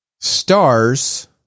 stars